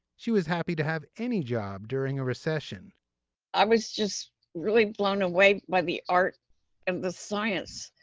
she was happy to have any job during a recession i was just really blown away by the art and the science